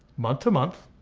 month to month.